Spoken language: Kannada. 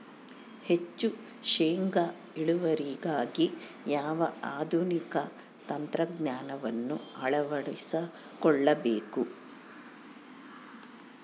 ಹೆಚ್ಚು ಶೇಂಗಾ ಇಳುವರಿಗಾಗಿ ಯಾವ ಆಧುನಿಕ ತಂತ್ರಜ್ಞಾನವನ್ನು ಅಳವಡಿಸಿಕೊಳ್ಳಬೇಕು?